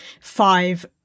five